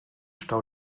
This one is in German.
stau